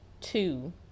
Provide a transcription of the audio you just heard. two